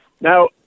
Now